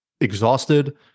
exhausted